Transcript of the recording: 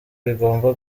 rigomba